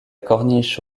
corniche